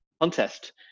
contest